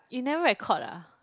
you never record ah